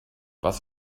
was